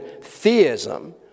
theism